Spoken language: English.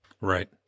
Right